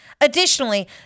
Additionally